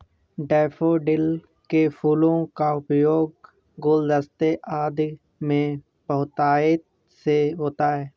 daffodil के फूलों का उपयोग गुलदस्ते आदि में बहुतायत से होता है